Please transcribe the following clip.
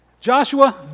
Joshua